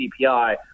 CPI